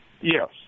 Yes